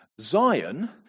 Zion